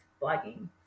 blogging